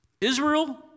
Israel